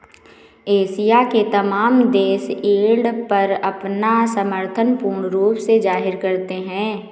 Asia के तमाम देश यील्ड पर अपना समर्थन पूर्ण रूप से जाहिर करते हैं